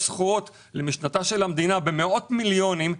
יש סחורות במשנתה של המדינה - במאות מיליונים,